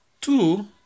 Two